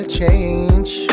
change